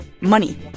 Money